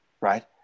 right